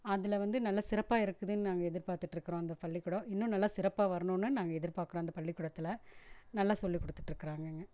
அதில் வந்து நல்ல சிறப்பாக இருக்குதுன்னு நாங்கள் எதிர்பார்த்துகிட்டு இருக்கிறோம் அந்த பள்ளிக்கூடம் இன்னும் நல்ல சிறப்பாக வரணுன்னும் நாங்கள் எதிர்பார்க்கிறோம் அந்த பள்ளிக்கூடத்தில் நல்லா சொல்லிக் கொடுத்துட்டு இருக்கிறாங்கங்க